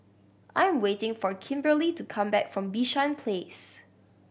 I am waiting for Kimberli to come back from Bishan Place